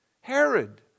Herod